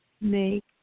make